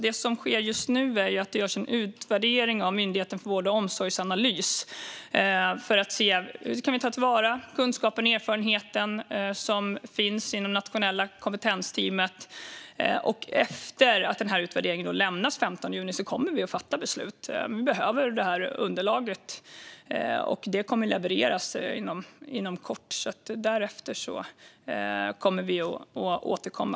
Det som sker just nu är att Myndigheten för vård och omsorgsanalys gör en utvärdering för att se hur vi kan ta till vara den kunskap och erfarenhet som finns inom Nationella kompetensteamet. Efter det att denna utvärdering har lämnats den 15 juni kommer vi att fatta beslut. Vi behöver det här underlaget, och det kommer att levereras inom kort. Därefter kommer vi att återkomma.